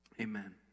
amen